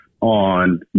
on